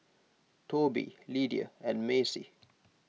Toby Lidia and Macey